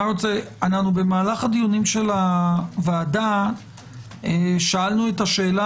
במהלך דיוני הוועדה שאלנו את השאלה,